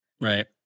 Right